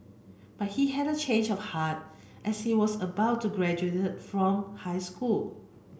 but he had a change of heart as he was about to graduate from high school